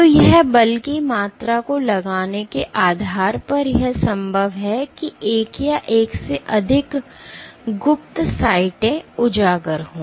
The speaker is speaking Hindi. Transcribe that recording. तो यह बल की मात्रा को लगाने के आधार पर यह संभव है कि एक या एक से अधिक गुप्त साइटें उजागर हों